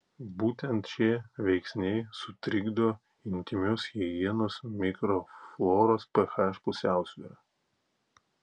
būtent šie veiksniai sutrikdo intymios higienos mikrofloros ph pusiausvyrą